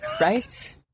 Right